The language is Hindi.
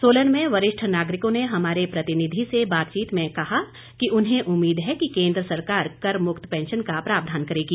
सोलन में वरिष्ठ नागरिकों ने हमारे प्रतिनिधि से बातचीत में कहा कि उन्हें उम्मीद है कि केंद्र सरकार कर मुक्त पैंशन का प्रावधान करेगी